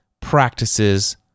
practices